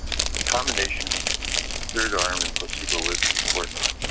the combination was the third arm, and placebo was the fourth arm.